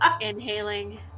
inhaling